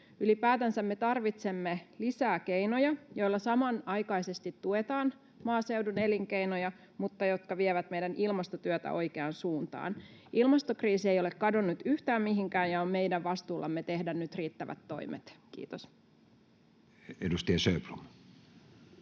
Ylipäätänsä me tarvitsemme lisää keinoja, joilla samanaikaisesti tuetaan maaseudun elinkeinoja ja jotka vievät meidän ilmastotyötä oikeaan suuntaan. Ilmastokriisi ei ole kadonnut yhtään mihinkään, ja on meidän vastuullamme tehdä nyt riittävät toimet. — Kiitos. [Speech